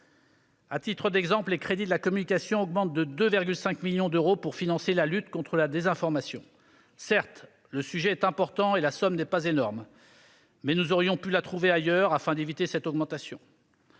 À titre d'exemple, les crédits de la communication augmentent de 2,5 millions d'euros pour financer la lutte contre la désinformation. Certes, le sujet est important et la somme n'est pas énorme. Mais nous aurions pu la trouver ailleurs, afin d'éviter cette augmentation.